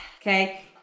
Okay